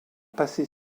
passées